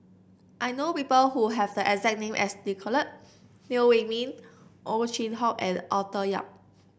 I know people who have the exact name as Nicolette Teo Wei Min Ow Chin Hock and Arthur Yap